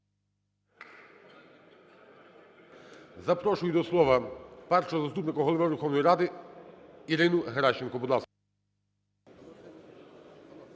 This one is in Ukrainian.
Запрошую до слова Першого заступника Голови Верховної Ради Ірину Геращенко.